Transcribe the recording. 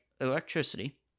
electricity